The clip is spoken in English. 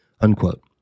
Unquote